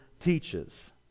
teaches